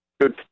Good